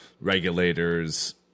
regulators